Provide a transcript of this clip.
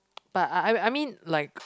but I I I mean like